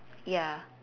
ya